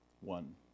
one